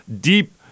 deep